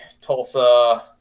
Tulsa